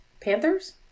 Panthers